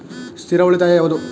ಸ್ಥಿರ ಉಳಿತಾಯ ಯಾವುದು?